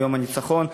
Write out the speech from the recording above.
ביום הניצחון,